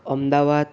Ahmedabad